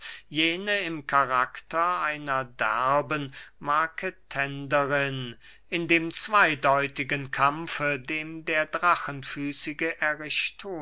jene im karakter einer derben marketenderin in dem zweydeutigen kampfe dem der drachenfüßige